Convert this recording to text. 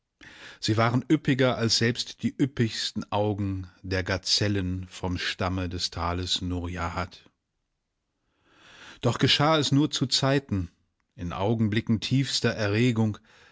sie waren üppiger als selbst die üppigsten augen der gazellen vom stamme des tales nourjahad doch geschah es nur zuzeiten in augenblicken tiefster erregung